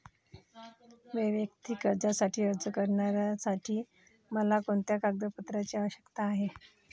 वैयक्तिक कर्जासाठी अर्ज करण्यासाठी मला कोणत्या कागदपत्रांची आवश्यकता आहे?